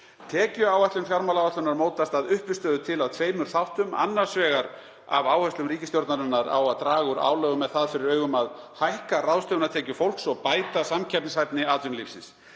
Tekjuáætlun fjármálaáætlunar mótast að uppistöðu til af tveimur þáttum: Annars vegar af áherslum ríkisstjórnarinnar á að draga úr álögum með það fyrir augum að hækka ráðstöfunartekjur fólks og bæta samkeppnishæfni atvinnulífsins.